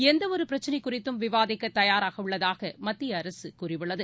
எந்தவொருபிரச்சினைகுறித்தும் விவாதிக்கதயாராகஉள்ளதாகமத்தியஅரசுகூறியுள்ளது